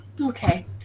Okay